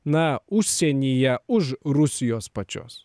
na užsienyje už rusijos pačios